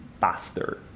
faster